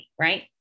right